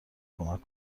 کمک